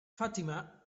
fatima